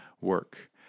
work